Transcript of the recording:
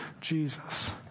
Jesus